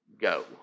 Go